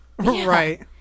right